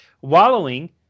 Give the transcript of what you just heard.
wallowing